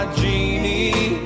genie